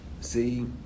See